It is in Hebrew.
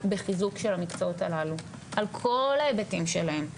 בחיזוק של המקצועות הללו על כל ההיבטים שלהם,